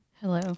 hello